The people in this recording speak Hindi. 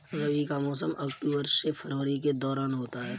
रबी का मौसम अक्टूबर से फरवरी के दौरान होता है